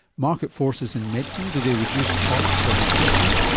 market forces in medicine, do they reduce costs or increase them?